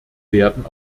werden